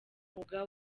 mwuga